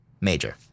major